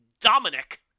Dominic